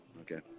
Okay